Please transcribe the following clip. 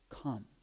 come